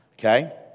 Okay